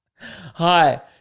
Hi